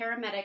paramedic